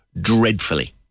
dreadfully